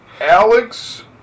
Alex